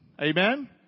Amen